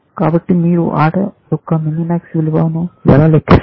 కాబట్టి మీరు ఆట యొక్క మినిమాక్స్ విలువ ను ఎలా లెక్కిస్తారు